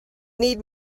need